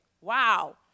Wow